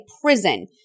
prison